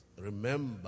Remember